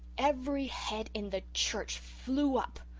every head in the church flew up.